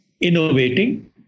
Innovating